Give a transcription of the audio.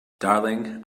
darling